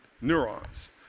neurons